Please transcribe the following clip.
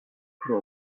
prise